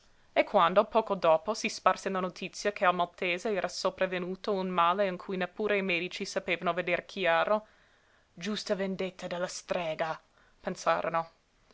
e quando poco dopo si sparse la notizia che al maltese era sopravvenuto un male in cui neppure i medici sapevano veder chiaro giusta vendetta della strega pensarono e